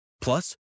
Plus